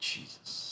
Jesus